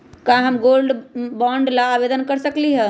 का हम gold bond ला आवेदन कर सकली ह?